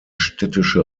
städtische